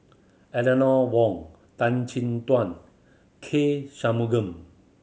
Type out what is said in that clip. Eleanor Wong Tan Chin Tuan K Shanmugam